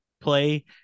play